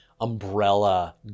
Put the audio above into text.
umbrella